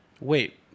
Wait